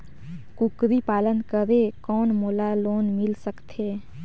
कूकरी पालन करे कौन मोला लोन मिल सकथे?